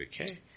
okay